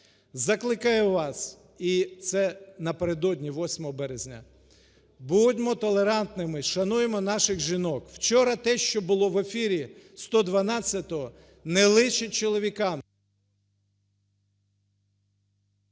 закликаю вас - і це напередодні 8 Березня, - будьмо толерантними, шануймо наших жінок. Вчора те, що було в ефірі "112", не личить чоловікам…